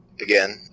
again